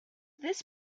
this